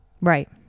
Right